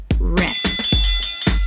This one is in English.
rest